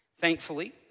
Thankfully